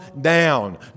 down